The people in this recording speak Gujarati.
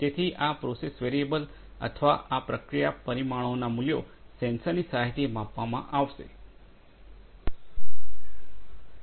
તેથી આ પ્રોસેસ વેરિયેબલ અથવા આ પ્રક્રિયા પરિમાણોનાં મૂલ્યો સેન્સરની સહાયથી માપવામાં આવશે